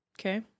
Okay